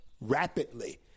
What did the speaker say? rapidly